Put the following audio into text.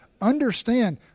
Understand